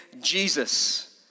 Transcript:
Jesus